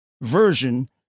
version